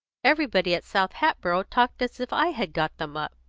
everybody at south hatboro' talked as if i had got them up.